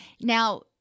Now